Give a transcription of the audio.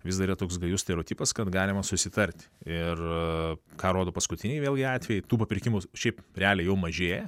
vis dar yra toks gajus stereotipas kad galima susitarti ir ką rodo paskutiniai vėlgi atvejai tų pirkimų šiaip realiai jau mažėja